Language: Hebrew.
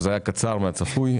זה היה קצר מהצפוי.